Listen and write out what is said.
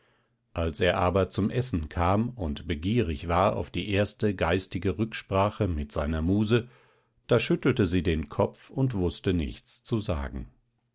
als er aber zum essen kam und begierig war auf die erste geistige rücksprache mit seiner muse da schüttelte sie den kopf und wußte nichts zu sagen